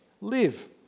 live